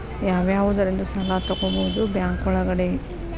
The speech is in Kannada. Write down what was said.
ಯಾವ್ಯಾವುದರಿಂದ ಸಾಲ ತಗೋಬಹುದು ಬ್ಯಾಂಕ್ ಒಳಗಡೆ?